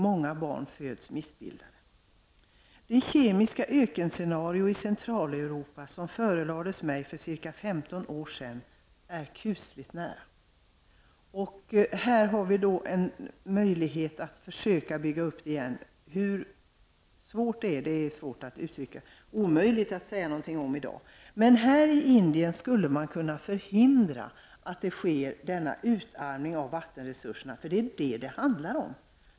Många barn föds missbildade. Det kemiska ökenscenario i Centraleuropa som förelades mig för ca 15 år sedan är kusligt nära. Här har vi en möjlighet att försöka bygga upp det igen. Det är omöjligt att i dag säga någonting om hur svårt det är. I Indien skulle man kunna förhindra att denna utarmning av vattenresurserna sker. Det är detta det handlar om.